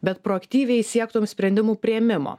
bet proaktyviai siektum sprendimų priėmimo